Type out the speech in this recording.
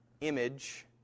image